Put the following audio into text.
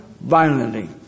violently